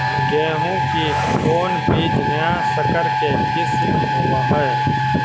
गेहू की कोन बीज नया सकर के किस्म होब हय?